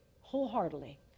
wholeheartedly